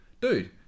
Dude